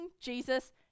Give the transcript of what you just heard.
Jesus